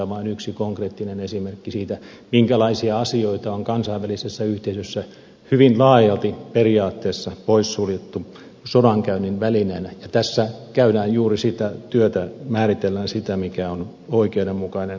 tämä on vain yksi konkreettinen esimerkki siitä minkälaisia asioita on kansainvälisessä yhteisössä hyvin laajalti periaatteessa poissuljettu sodankäynnin välineenä ja tässä tehdään juuri sitä työtä määritellään sitä mikä on oikeudenmukainen sota